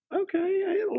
Okay